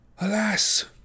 Alas